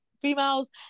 females